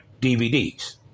DVDs